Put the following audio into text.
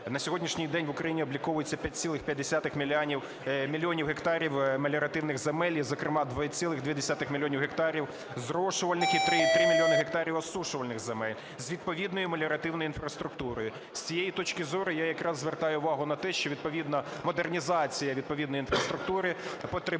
На сьогоднішній день в Україні обліковується 5,5 мільйонів гектарів меліоративних земель. Зокрема: 2,2 мільйона гектарів – зрошувальних і 3,3 мільйони гектарів – осушувальних земель з відповідною меліоративною інфраструктурою. З цієї точки зору я якраз звертаю увагу на те, що відповідно модернізація відповідної інфраструктури потребує